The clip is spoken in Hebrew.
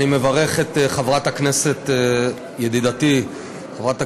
אני מברך את חברת הכנסת ידידתי חברת הכנסת,